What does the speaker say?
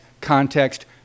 context